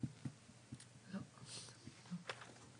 נאפשר בינתיים לאסנת שנמצאת איתנו,